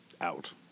out